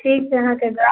ठीक छै अहाँकेँ दा